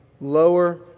lower